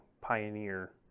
Pioneer